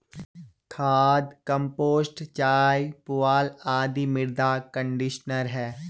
खाद, कंपोस्ट चाय, पुआल आदि मृदा कंडीशनर है